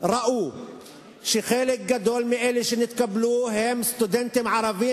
ראו שחלק גדול מאלה שנתקבלו הם סטודנטים ערבים,